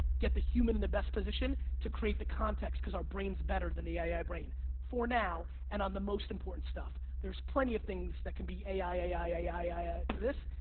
get the human in the best position to create the context because our brain's better than the a i. brain, for now and on the most important stuff. there's plenty of things that can be a i, a i, a i, i, i, i, to this.